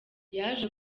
yaje